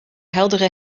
heldere